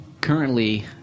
currently